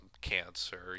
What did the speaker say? cancer